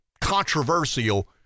controversial